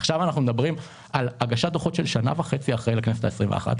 עכשיו אנחנו מדברים על הגשת דוחות שנה וחצי אחרי הכנסת ה-21.